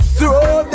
throw